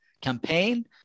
campaign